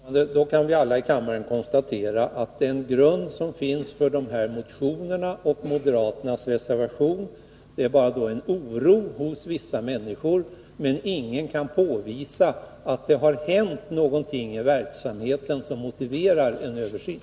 Herr talman! Då kan vi alla i kammaren konstatera att den grund som finns för de här motionerna och för moderaternas reservation bara är en oro hos vissa människor och att ingen kan påvisa att det har hänt någonting i verksamheten som motiverar en översyn.